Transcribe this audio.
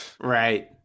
right